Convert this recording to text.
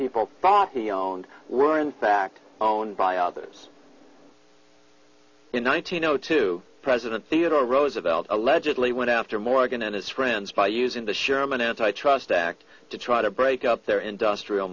people thought he owned were in fact owned by others in one thousand no two president theodore roosevelt allegedly went after morgan and his friends by using the sherman antitrust act to try to break up their industrial